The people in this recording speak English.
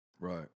Right